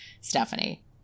Stephanie